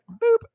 Boop